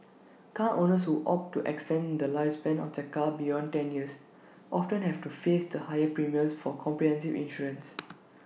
car owners who opt to extend the lifespan of their car beyond ten years often have to face the higher premiums for comprehensive insurance